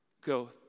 go